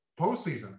postseason